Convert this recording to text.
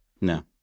no